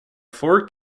four